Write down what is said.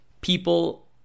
People